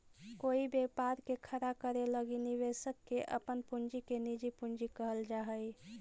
कोई व्यापार के खड़ा करे लगी निवेशक के अपन पूंजी के निजी पूंजी कहल जा हई